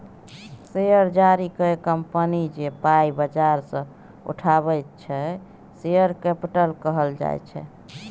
share जारी कए company जे पाइ बजार सँ उठाबैत छै शेयर कैपिटल कहल जाइ छै